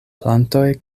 plantoj